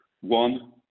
one